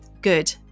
good